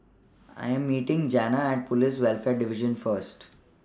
I Am meeting Janna At Police Welfare Division First